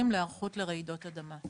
להיערכות לרעידות אדמה.